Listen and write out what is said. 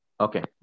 Okay